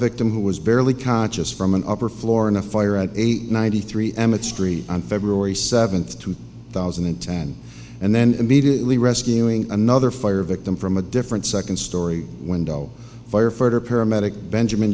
victim who was barely conscious from an upper floor in a fire at age ninety three emmett street on february seventh two thousand and ten and then immediately rescuing another fire victim from a different second story window firefighter paramedic benjamin